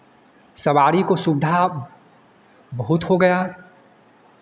सवारी को सुविधा बहुत हो गया